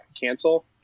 cancel